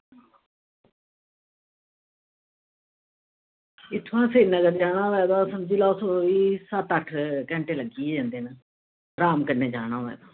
इत्थुआं सिरीनगर जाना होऐ तां मतलब अट्ठ दस्स घैंटे लग्गी गै जंदे अराम कन्नै जाना होऐ तां